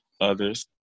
others